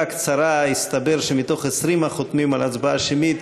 קצרה התברר שמתוך 20 החותמים על הצבעה שמית,